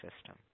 system